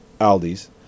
Aldi's